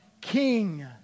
king